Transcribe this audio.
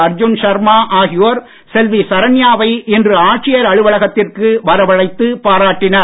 அர்ஜுன் ஷர்மா ஆகியோர் செல்வி சரண்யாவை இன்று ஆட்சியர் அலுவலகத்திற்கு வரவழைத்து பாராட்டினர்